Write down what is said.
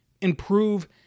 improve